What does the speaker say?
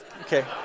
Okay